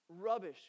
rubbish